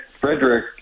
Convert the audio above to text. Frederick